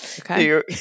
Okay